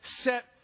set